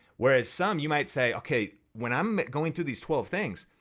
whereas some you might say, okay, when i'm going through these twelve things,